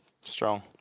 Strong